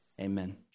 amen